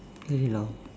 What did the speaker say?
very long